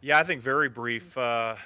yeah i think very brief